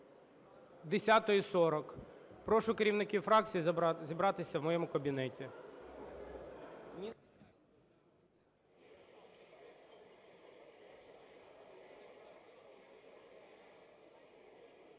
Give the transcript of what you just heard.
10:40. Прошу керівників фракцій зібратися в моєму кабінеті.